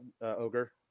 Ogre